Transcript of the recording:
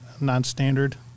non-standard